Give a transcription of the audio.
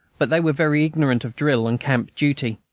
but they were very ignorant of drill and camp duty.